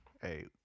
Hey